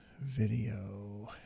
video